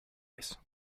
ice